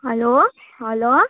hello hello